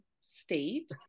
state